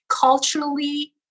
culturally